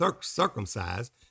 circumcised